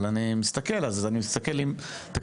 אבל אני מסתכל אז אני מסתכל אם תקציב